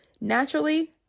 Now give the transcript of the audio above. Naturally